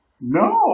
No